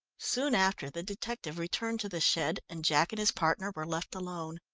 soon after the detective returned to the shed, and jack and his partner were left alone.